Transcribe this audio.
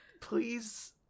Please